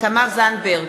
תמר זנדברג,